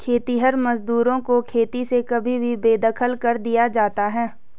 खेतिहर मजदूरों को खेती से कभी भी बेदखल कर दिया जाता है